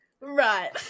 Right